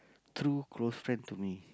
true close friend to me